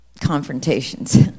confrontations